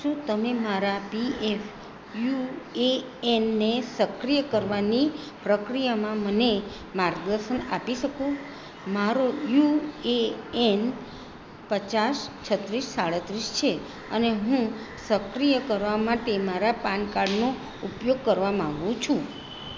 શું તમે મારા પીએફ યુએએનને સક્રિય કરવાની પ્રક્રિયામાં મને માર્ગદર્શન આપી શકો મારો યુએએન પચાસ છત્રીસ સાડત્રીસ છે અને હું સક્રિય કરવા માટે મારા પાનકાર્ડનો ઉપયોગ કરવા માગું છું